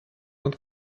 und